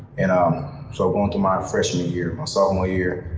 you know so, going through my freshman year, my sophomore year,